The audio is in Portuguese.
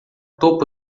topo